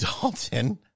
Dalton